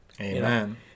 amen